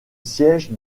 siège